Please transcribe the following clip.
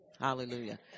Hallelujah